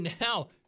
now